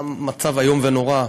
המצב איום ונורא.